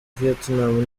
vietnam